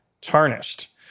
tarnished